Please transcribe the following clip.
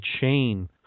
chain